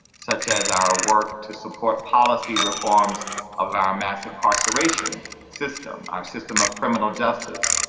such as our work to support policy reforms of our massive incarceration system, our system of criminal justice,